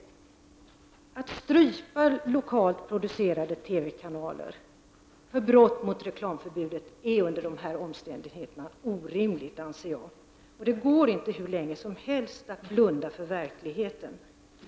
Att strypa lokalt producerade TV-kanaler för brott mot reklamförbudet anser jag under dessa omständigheter vara orimligt. Det går inte att hur länge som helst blunda för verkligheten.